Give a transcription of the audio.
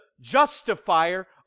justifier